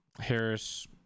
Harris